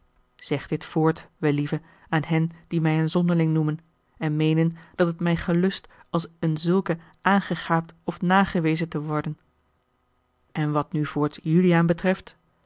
zeg dit voort wellieve aan hen die mij een zonderling noemen en meenen dat het mij gelust als een zulke aangegaapt of nagewezen te worden en wat nu voorts juliaan betreft